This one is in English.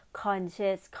conscious